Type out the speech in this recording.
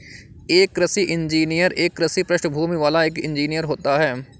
एक कृषि इंजीनियर एक कृषि पृष्ठभूमि वाला एक इंजीनियर होता है